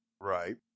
Right